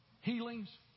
healings